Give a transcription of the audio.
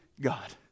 God